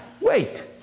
Wait